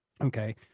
okay